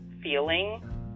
feeling